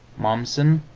momssen,